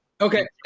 okay